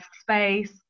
space